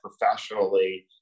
professionally